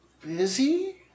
busy